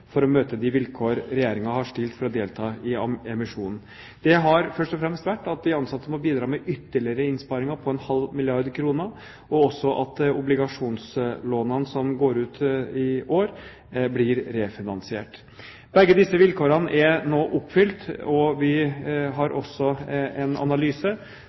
for å møte de vilkår Regjeringen har stilt for å delta i emisjonen. Det har først og fremst vært at de ansatte må bidra med ytterligere innsparinger på ½ milliard kr og også at obligasjonslånene som går ut i år, blir refinansiert. Begge disse vilkårene er nå oppfylt, og vi har også en analyse